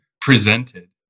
presented